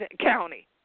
county